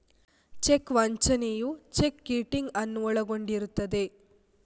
check ವಂಚನೆಯು check kiting ಅನ್ನು ಒಳಗೊಂಡಿರುತ್ತದೆ